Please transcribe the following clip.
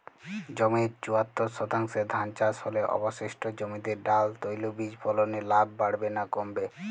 জমির চুয়াত্তর শতাংশে ধান চাষ হলে অবশিষ্ট জমিতে ডাল তৈল বীজ ফলনে লাভ বাড়বে না কমবে?